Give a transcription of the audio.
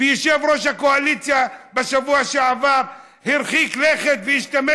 ויושב-ראש הקואליציה בשבוע שעבר הרחיק לכת והשתמש